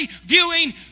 viewing